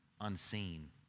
unseen